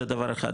זה דבר אחד.